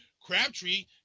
Crabtree